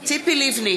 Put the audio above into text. ציפי לבני,